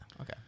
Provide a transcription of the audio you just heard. okay